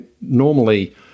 normally